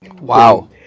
wow